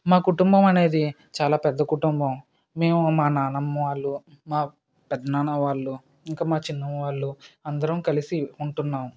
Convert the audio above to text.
మా కుటుంబం అనేది చాలా పెద్ద కుటుంబం మేము మా నానమ్మ వాళ్ళు మా పెదనాన్న వాళ్ళు ఇంకా మా చిన్నమ్మ వాళ్ళు అందరం కలిసి ఉంటున్నాం